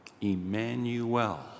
Emmanuel